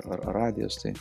ar radijos tai